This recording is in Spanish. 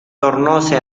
tornóse